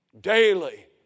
Daily